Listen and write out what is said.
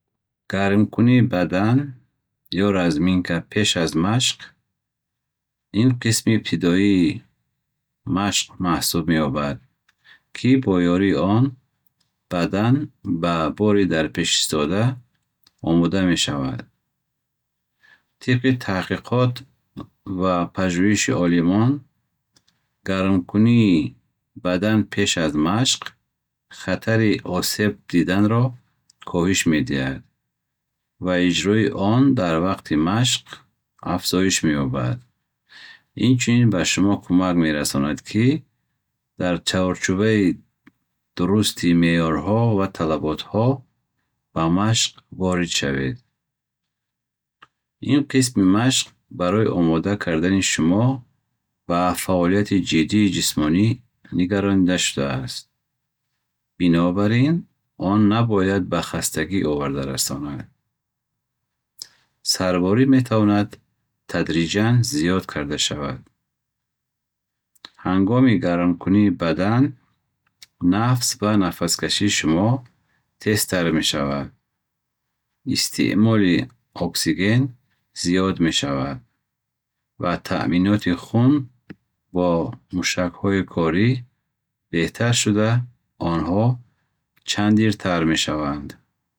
Гармкунии бадан ё разминка пеш аз машқ ин қисми ибтидоии машқ маҳсуб меёбад. Ки бо ёрии он бадан ба бори дар пеш истода омода мешавад. Тибқи тадқиқот ва пажуиши олимон гармкунии бадан пеш аз машқ хатари осеб диданро коҳиш медиҳад ва иҷрои он дар вақти машқ афзоиш меёбад. Инчунин ин ба шумо кӯмак мерасонад, ки дар чаҳорчубаи дурусти меёрҳо ба машқ ворид шавед. Ин қисми машқ барои омода кардани шумо ба фаъолияти ҷиддии ҷисмонӣ нигаронида шудааст. Бинобар ин он набояд ба хастагӣ оварда расонад. Сарборӣ метавонад тадриҷан зиед карда шавад. Ҳангоми гармкунии бадан, набз ва нафаскашии шумо тезтар мешавад. Истеъмоли оксиген зиед мешавад ва таъминоти хун ба мушакҳои корӣ беҳтар шуда, онҳо чандиртар мешаванд